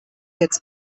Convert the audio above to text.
jetzt